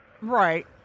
Right